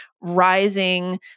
rising